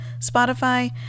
Spotify